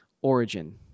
origin